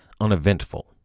uneventful